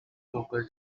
local